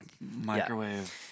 microwave